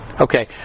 Okay